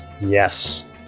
Yes